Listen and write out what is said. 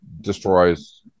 destroys